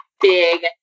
big